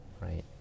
right